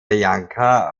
bianca